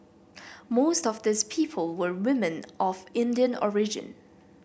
most of these people were women of Indian origin